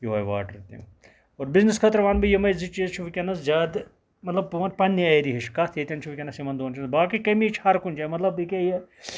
یۄہے واٹَر تہِ اور بِزنٮ۪س خٲطرٕ وَنہٕ بہٕ یِمے زٕ چیٖز چھِ وِنکیٚنَس زیادٕ مَطلَب بہٕ وَنہٕ پَننے ایریا ہٕچ کَتھ ییٚتٮ۪ن چھِ وِنکیٚنَس یِمَن دۄن چیٖزَن ہُنٛد باقٕے کٔمی چھِ ہَر کُنہِ جایہِ مَطلَب ییٚکیاہ یہِ